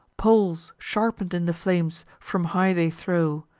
poles, sharpen'd in the flames, from high they throw,